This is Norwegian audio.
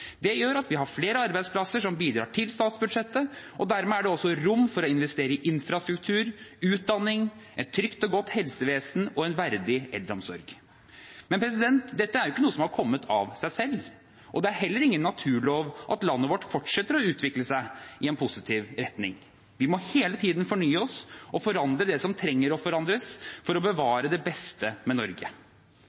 Det gjør at vi har flere arbeidsplasser som bidrar til statsbudsjettet, og dermed er det også rom for å investere i infrastruktur, utdanning, et trygt og godt helsevesen og en verdig eldreomsorg. Men dette er ikke noe som har kommet av seg selv. Og det er heller ingen naturlov at landet vårt fortsetter å utvikle seg i en positiv retning. Vi må hele tiden fornye oss og forandre det som trengs å forandres, for å bevare det beste med Norge.